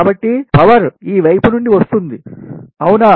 కాబట్టి పవర్ శక్తి ఈ వైపు నుండి వస్తుంది అవునా